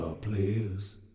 please